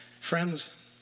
Friends